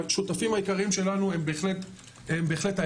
השותפים העיקריים שלנו הם בהחלט העירייה.